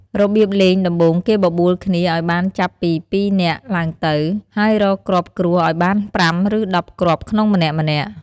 របៀបលេងដំបូងគេបបួលគ្នាឲ្យបានចាប់ពី ២ នាក់ឡើងទៅ ហើយរកគ្រាប់គ្រួសឲ្យបាន ៥ ឬ ១០ គ្រាប់ក្នុងម្នាក់ៗ។